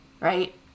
right